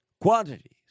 quantities